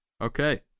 Okay